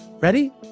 Ready